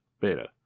beta